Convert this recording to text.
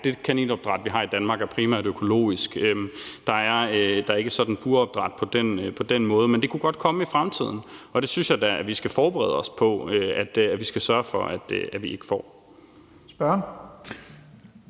det kaninopdræt, vi har i Danmark, er primært økologisk. Der er ikke som sådan opdræt i bur på den måde, men det kunne godt komme i fremtiden, og det synes jeg da at vi skal forberede os på og sørge for at vi ikke får.